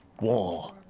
war